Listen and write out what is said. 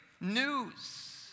news